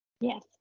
Yes